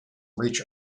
reach